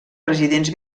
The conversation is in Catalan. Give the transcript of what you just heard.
residents